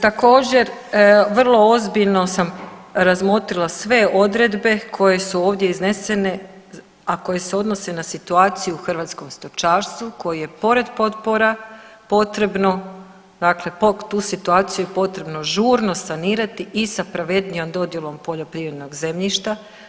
Također vrlo ozbiljno sam razmotrila sve odredbe koje su ovdje iznesene, a koje se odnose na situaciju u hrvatskom stočarstvu koji je pored potpora potrebno dakle tu situaciju potrebno žurno sanirati i sa pravednijom dodjelom poljoprivrednog zemljišta.